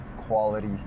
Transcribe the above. quality